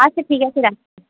আচ্ছা ঠিক আছে রাখছি